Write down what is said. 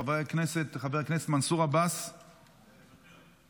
חבר הכנסת מנסור עבאס, מוותר.